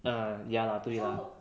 ah ya lah 对 lah